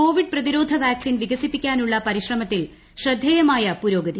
രാജ്യത്ത് കോപ്പിഡ് പ്രതിരോധ വാക്സിൻ വികസിപ്പിക്കാനൂള്ളം ് പരിശ്രമത്തിൽ ശ്രദ്ധേയമായ പുരോഗതി